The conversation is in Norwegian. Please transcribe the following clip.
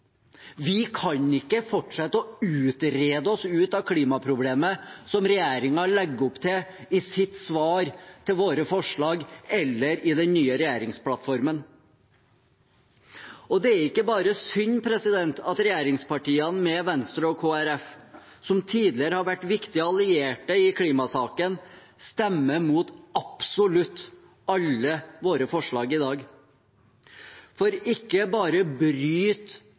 Vi kan ikke fortsette å utrede oss ut av klimaproblemet, som regjeringen legger opp til i sitt svar til våre forslag eller i den nye regjeringsplattformen. Det er ikke bare synd at regjeringspartiene – med Venstre og Kristelig Folkeparti, som tidligere har vært viktige allierte i klimasaken – stemmer mot absolutt alle våre forslag i dag, for ikke bare